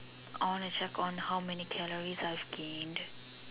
I want to check on how many calories are skin